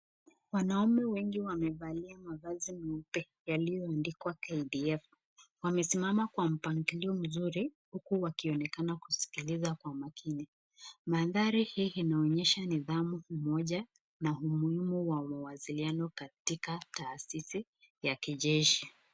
Wanaume wengi wamevalia mavazi nyeupe yalio andikwa KDF, wamesimama kwa mpangilio mzuri huku wakionekana kusikiliza kwa makini. Mandhari hii inaonyesha nidhamu moja na umuhimu ya mawasiliano katika taasisi ya kijeshi.